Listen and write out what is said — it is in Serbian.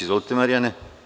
Izvolite, Marijane.